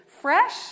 Fresh